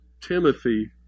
Timothy